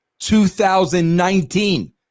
2019